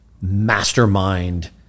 mastermind